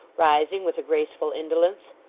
rising with a graceful indolence.